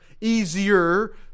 easier